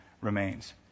remains